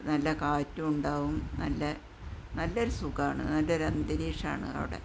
നല്ല കാറ്റ് ഉണ്ടാകും നല്ല നല്ലൊരു സുഖമാണ് നല്ലൊരന്തരീക്ഷമാണ് അവിടെ